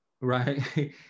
Right